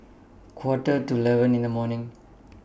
Quarter to eleven in The evening